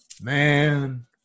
man